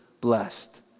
blessed